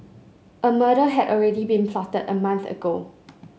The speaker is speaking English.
a murder had already been plotted a month ago